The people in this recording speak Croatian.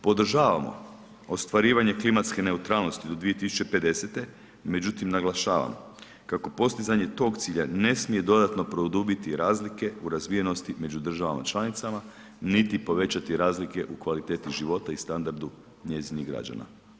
Podržavamo ostvarivanje klimatske neutralnosti do 2050., međutim naglašavam kako postizanje tog cilja ne smije dodatno produbiti razlike u razvijenosti među državama članicama niti povećati razlike u kvaliteti života i standardu njezinih građana.